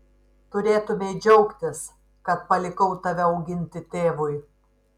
turėtumei džiaugtis kad palikau tave auginti tėvui